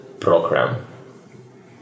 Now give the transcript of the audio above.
program